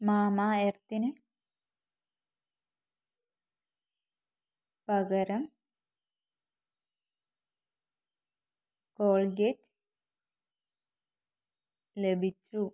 മാമഎർത്തിന് പകരം കോൾഗേറ്റ് ലഭിക്കൂ